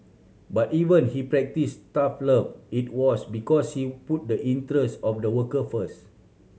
but even he practised tough love it was because he put the interest of the worker first